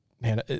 man